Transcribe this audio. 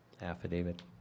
affidavit